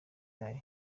yayo